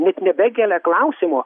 net nebekelia klausimo